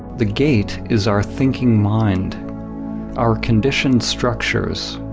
the gate is our thinking mind our conditioned structures.